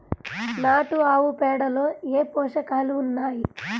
నాటు ఆవుపేడలో ఏ ఏ పోషకాలు ఉన్నాయి?